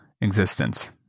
existence